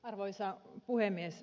arvoisa puhemies